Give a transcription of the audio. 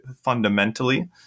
fundamentally